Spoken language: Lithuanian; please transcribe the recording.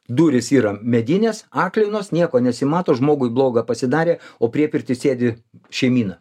durys yra medinės aklinos nieko nesimato žmogui bloga pasidarė o priepirty sėdi šeimyna